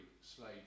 slave